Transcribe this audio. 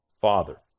father